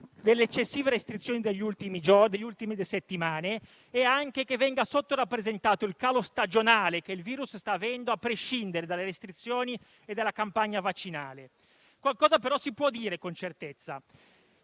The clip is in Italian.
delle eccessive restrizioni delle ultime settimane e anche che venga sottorappresentato il calo stagionale che il virus sta avendo a prescindere dalle restrizioni e dalla campagna vaccinale. Qualcosa, però, si può dire con certezza.